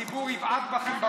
הציבור יבעט בכם בראש,